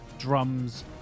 Drums